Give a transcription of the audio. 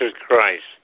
Christ